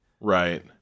Right